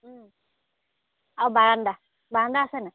আৰু বাৰান্দা বাৰান্দা আছেনে